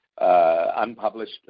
unpublished